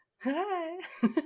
Hi